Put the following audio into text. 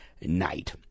night